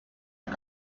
amb